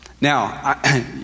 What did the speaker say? Now